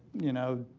you know,